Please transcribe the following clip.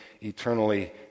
eternally